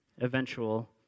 eventual